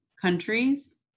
countries